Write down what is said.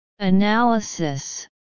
Analysis